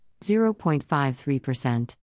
0.53%